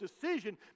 decision